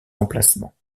emplacement